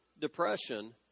depression